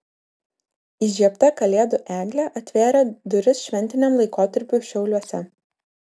įžiebta kalėdų eglė atvėrė duris šventiniam laikotarpiui šiauliuose